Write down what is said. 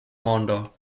mondo